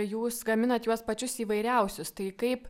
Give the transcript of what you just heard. jūs gaminat juos pačius įvairiausius tai kaip